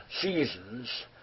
seasons